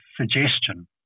suggestion